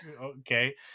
okay